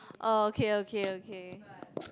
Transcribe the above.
oh okay okay okay